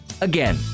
Again